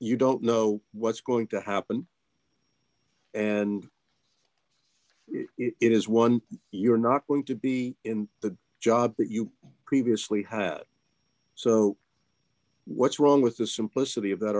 you don't know what's going to happen and it is one you're not going to be in the job that you previously had so what's wrong with the simplicity of that